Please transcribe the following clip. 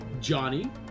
Johnny